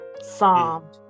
Psalm